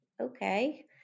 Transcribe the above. Okay